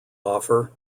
offer